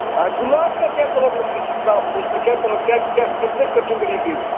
आओर गुलाबमे कै तरहके रखनै छी गुलाब फूलमे कै तरह कतेक कैटेगरीके